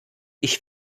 ich